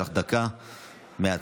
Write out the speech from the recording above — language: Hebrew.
יש לך דקה מהצד.